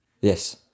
Yes